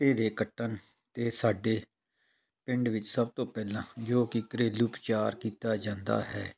ਕੁੱਤੇ ਦੇ ਕੱਟਣ 'ਤੇ ਸਾਡੇ ਪਿੰਡ ਵਿੱਚ ਸਭ ਤੋਂ ਪਹਿਲਾਂ ਜੋ ਕਿ ਘਰੇਲੂ ਉਪਚਾਰ ਕੀਤਾ ਜਾਂਦਾ ਹੈ